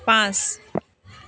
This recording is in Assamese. পাঁচ